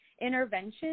interventions